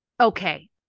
Okay